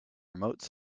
remote